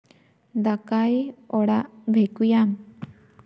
ᱫᱟᱠᱟᱭ ᱚᱲᱟᱜ ᱵᱷᱮᱠᱩᱭᱟᱢ